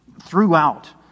throughout